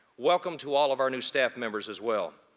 welcome to all of our new staff members as well.